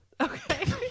okay